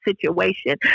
situation